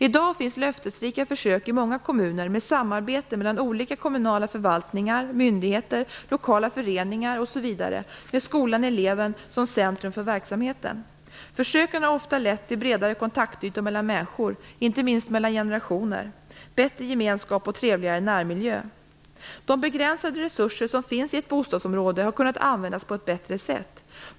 I dag finns löftesrika försök i många kommuner med samarbete mellan olika kommunala förvaltningar, myndigheter, lokala föreningar, m.fl., med skolan/eleven som centrum för verksamheten. Försöken har ofta lett till bredare kontaktytor mellan människor - inte minst mellan generationer - bättre gemenskap och trevligare närmiljö. De begränsade resurser som finns i ett bostadsområde har kunnat användas på ett bättre sätt.